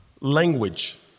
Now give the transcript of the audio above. language